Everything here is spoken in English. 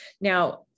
Now